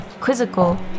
Quizzical